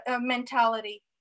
mentality